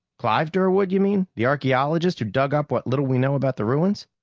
clive durwood, you mean? the archeologist who dug up what little we know about the ruins?